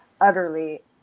utterly